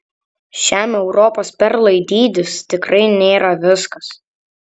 šiam europos perlui dydis tikrai nėra viskas